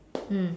mm